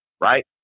right